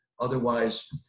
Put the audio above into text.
Otherwise